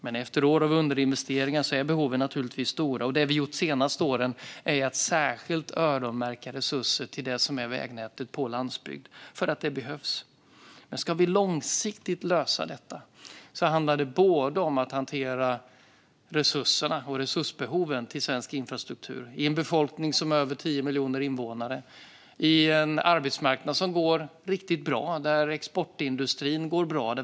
Men efter år av underinvesteringar är behoven givetvis stora. Det vi har gjort de senaste åren är att särskilt öronmärka resurser till vägnätet på landsbygd för att det behövs. Men ska vi långsiktigt lösa detta handlar det om att hantera resurserna och resursbehoven till svensk infrastruktur. Sverige har en befolkning på över 10 miljoner invånare och en arbetsmarknad och en exportindustri som går bra.